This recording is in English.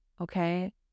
okay